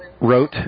wrote